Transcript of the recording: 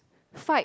fight